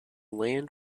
land